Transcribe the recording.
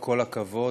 כל הכבוד.